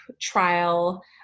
trial